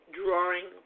drawing